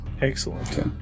Excellent